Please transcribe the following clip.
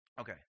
Okay